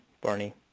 Barney